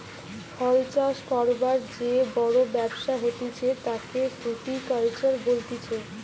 ফল চাষ করবার যে বড় ব্যবসা হতিছে তাকে ফ্রুটিকালচার বলতিছে